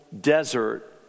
desert